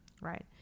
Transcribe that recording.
Right